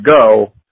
go